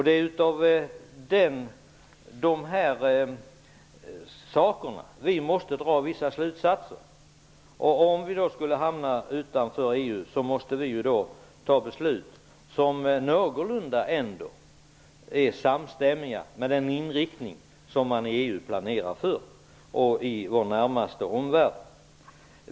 Detta måste vi dra vissa slutsatser av. Om vi skulle hamna utanför EU måste vi fatta beslut som är någorlunda samstämmiga med den inriktning som man i EU och i vår närmaste omvärld planerar för.